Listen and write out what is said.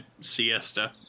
siesta